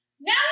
now